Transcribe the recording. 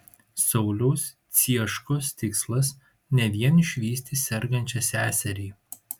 sauliaus cieškos tikslas ne vien išvysti sergančią seserį